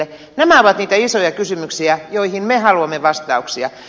nämä ovat niitä isoja kysymyksiä joihin me haluamme vastauksia